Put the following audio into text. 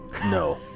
No